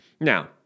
Now